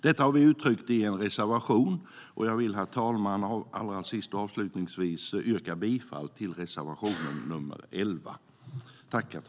Detta har vi uttryckt i en reservation, och jag vill avslutningsvis yrka bifall till reservation nr 11, herr talman.